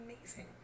amazing